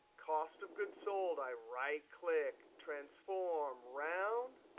cost of goods sold, i right click, transform, round,